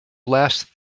last